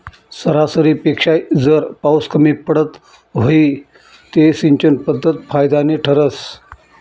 सरासरीपेक्षा जर पाउस कमी पडत व्हई ते सिंचन पध्दत फायदानी ठरस